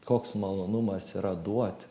koks malonumas yra duoti